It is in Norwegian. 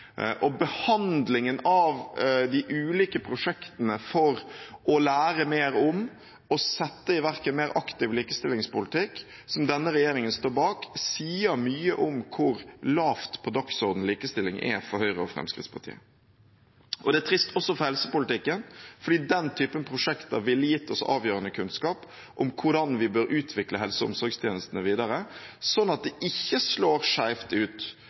Behandlingen av de ulike prosjektene for å lære mer om og sette i verk en mer aktiv likestillingspolitikk som denne regjeringen står bak, sier mye om hvor lavt på dagsordenen likestilling er for Høyre og Fremskrittspartiet. Det er trist også for helsepolitikken, fordi den typen prosjekter ville gitt oss avgjørende kunnskap om hvordan vi bør utvikle helse- og omsorgstjenestene videre, slik at det ikke slår skjevt ut